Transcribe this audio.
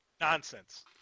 Nonsense